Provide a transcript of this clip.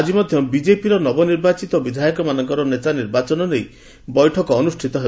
ଆଜି ମଧ୍ୟ ବିଜେପିର ନବନିର୍ବାଚିତ ବିଧାୟକମାନଙ୍କର ନେତା ନିର୍ବାଚନ ନେଇ ବୈଠକ ଅନୁଷ୍ଠିତ ହେବ